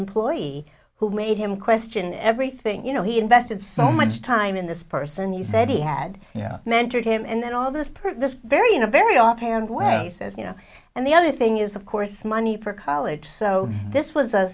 employee who made him question everything you know he invested so much time in this person he said he had yeah mentored him and then all this part of this very you know very often says you know and the other thing is of course money for college so this was a